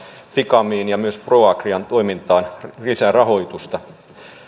ficamiin ja myös proagrian toimintaan lisää rahoitusta